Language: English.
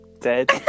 dead